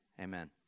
Amen